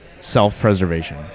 self-preservation